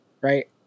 right